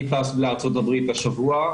אני טס לארצות הברית השבוע,